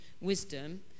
wisdom